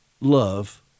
love